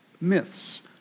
myths